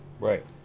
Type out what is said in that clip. Right